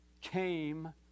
came